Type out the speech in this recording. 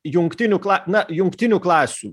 jungtinių kla na jungtinių klasių